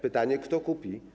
Pytanie, kto kupi.